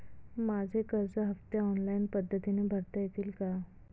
माझे कर्ज हफ्ते ऑनलाईन पद्धतीने भरता येतील का?